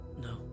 no